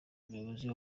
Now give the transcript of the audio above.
umuyobozi